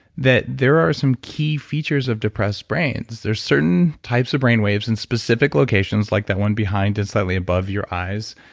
that they are some key features of depressed brains there's certain types of brain waves in specific locations like that one behind and slightly above your eyes.